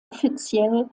offiziell